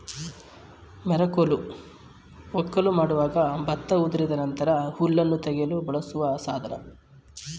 ಮೆರಕೋಲು ವಕ್ಕಲು ಮಾಡುವಾಗ ಭತ್ತ ಉದುರಿದ ನಂತರ ಹುಲ್ಲನ್ನು ತೆಗೆಯಲು ಬಳಸೋ ಸಾಧನ